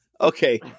Okay